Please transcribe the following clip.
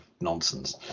nonsense